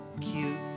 cute